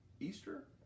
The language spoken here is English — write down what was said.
Easter